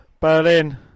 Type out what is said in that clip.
Berlin